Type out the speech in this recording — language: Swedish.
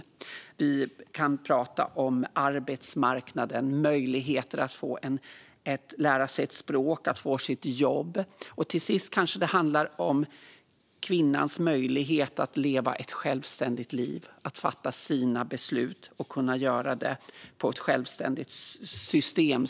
Vi kan tala om arbetsmarknaden och möjligheter att lära sig ett språk och få ett jobb. Slutligen handlar det kanske om kvinnans möjlighet att leva ett självständigt liv, att fatta sina beslut och kunna göra det i ett självständigt system.